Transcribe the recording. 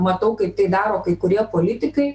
matau kaip tai daro kai kurie politikai